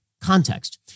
context